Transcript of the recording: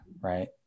Right